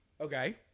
Okay